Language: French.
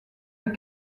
les